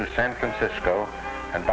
to san francisco and